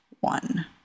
one